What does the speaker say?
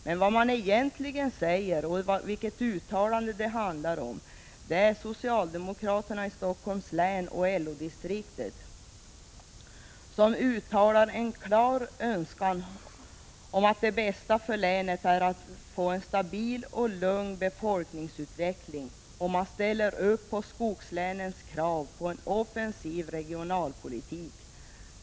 Men vad man egentligen talar om är socialdemokraternas i Helsingforss län och LO-distrikt klart uttalade önskan om att det bästa för länet är att få en stabil och lugn befolkningsutveckling liksom att man ställer upp bakom skogslänens krav på en offensiv regionalpolitik.